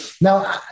Now